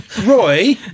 Roy